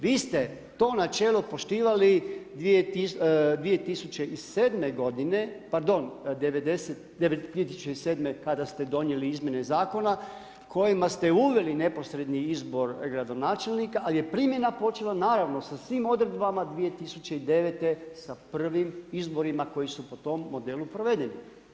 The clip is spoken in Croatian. Vi ste to načelo poštivali 2007. godine, pardon 2007. kada ste donijeli izmjene zakona kojima ste uveli neposredni izbor gradonačelnika ali je primjena počela naravno sa svim odredbama 2009. sa prvim izborima koji su po tom modelu provedeni.